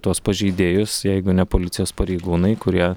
tuos pažeidėjus jeigu ne policijos pareigūnai kurie